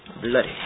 Bloody